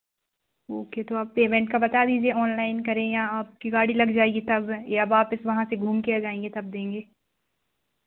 okay तो आप payment का बता दीजिए ऑनलाइन करें या आपकी गाड़ी लग जाएगी तब या वापस वहाँ से घूम कर आ जाएँगे तब देंगे